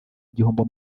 igihombo